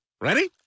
Ready